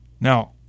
Now